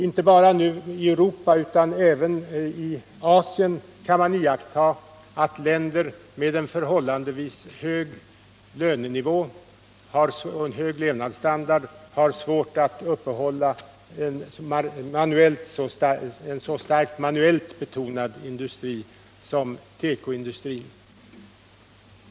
Inte bara i Europa utan även i Asien kan man iaktta att länder med en förhållandevis hög lönenivå och hög levnadsstandard har svårt att uppehålla en så starkt manuellt betonad industri som tekoindustrin.